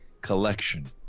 collection